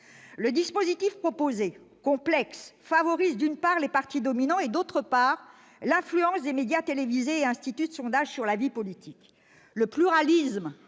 Le dispositif proposé, complexe, favorise, d'une part, les partis dominants, et, d'autre part, l'influence des médias télévisés et instituts de sondage sur la vie politique. Le pluralisme